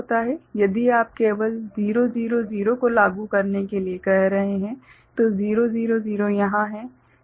यदि आप केवल 000 को लागू करने के लिए कह रहे हैं तो 000 यहाँ है